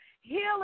healing